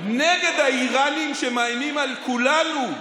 נגד האיראנים שמאיימים על כולנו,